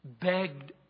begged